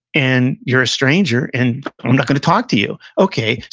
and you're a stranger, and i'm not going to talk to you. okay.